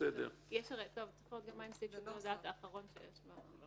צריך לראות גם מה סעיף שיקול הדעת האחרון שיש לו.